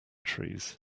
trees